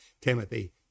Timothy